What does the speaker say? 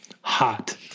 Hot